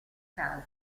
casa